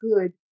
good